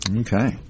Okay